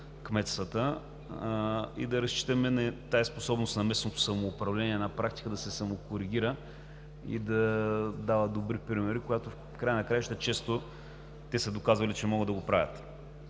кметствата, да разчитаме на тази способност на местното самоуправление на практика да се самокоригира и да дава добри примери, което в края на краищата често са доказвали, че могат да правят.